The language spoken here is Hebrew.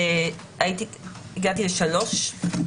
הגעתי לפסקה (3).